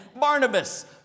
Barnabas